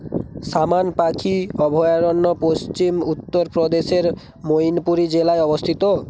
সামান পাখি অভয়ারণ্য পশ্চিম উত্তর প্রদেশের মইনপুরী জেলায় অবস্থিত